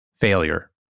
failure